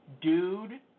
Dude